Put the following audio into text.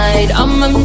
I'ma